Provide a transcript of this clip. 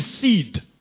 seed